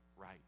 right